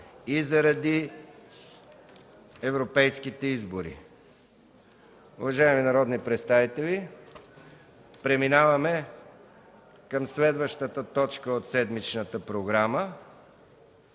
и заради европейските избори. Уважаеми народни представители, преминаваме към следващата точка от седмичната програма,